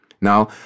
Now